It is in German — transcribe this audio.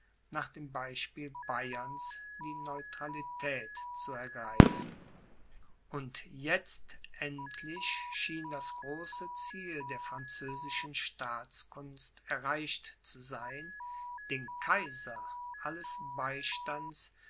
nach dem beispiel bayerns die neutralität zu ergreifen und jetzt endlich schien das große ziel der französischen staatskunst erreicht zu sein den kaiser alles beistands